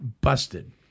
busted